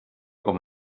com